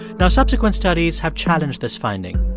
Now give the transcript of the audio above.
now, subsequent studies have challenged this finding,